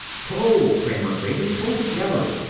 pull kramer grated. pull together.